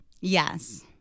Yes